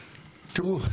תראו,